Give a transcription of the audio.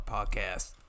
Podcast